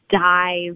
dive